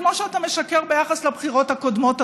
כמו שאתה משקר ביחס לבחירות הקודמות,